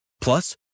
Plus